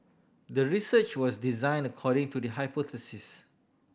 the research was designed according to the hypothesis